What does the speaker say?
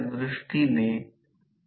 तर आता ही पुस्तकातून काढलेली आकृती आहे